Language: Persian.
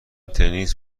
تنیس